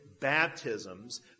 baptisms